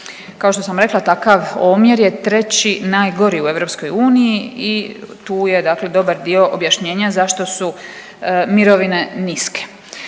Kao što sam rekla takav omjer je treći najgori u EU i tu je dakle dobar dio objašnjenja zašto su mirovine niske.